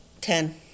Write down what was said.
Ten